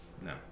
No